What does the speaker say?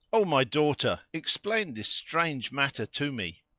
o my daughter, explain this strange matter to me!